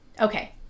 Okay